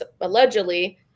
allegedly